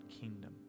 kingdom